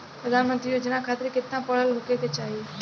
प्रधानमंत्री योजना खातिर केतना पढ़ल होखे के होई?